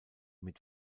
mit